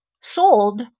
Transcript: sold